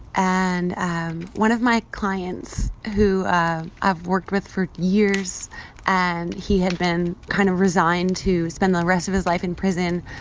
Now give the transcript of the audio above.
and one of my clients who i've worked with for years and he had been kind of resigned to spend the rest of his life in prison